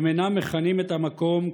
הם אינם מכנים את המקום שייח'